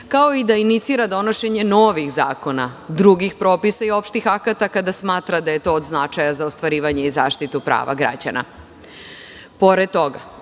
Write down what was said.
kao i da inicira donošenje novih zakona, drugih propisa i opštih akata kada smatra da je to od značaja za ostvarivanje i zaštitu prava građana. Pored